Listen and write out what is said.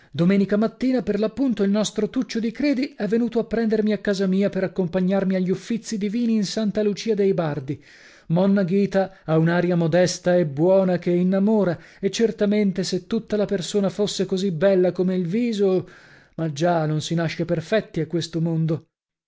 domenica mattina per l'appunto il nostro tuccio di credi è venuto a prendermi a casa mia per accompagnarmi agli uffizi divini in santa lucia dei bardi monna ghita ha un'aria modesta e buona che innamora e certamente se tutta la persona fosse così bella come il viso ma già non si nasce perfetti a questo mondo